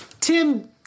Tim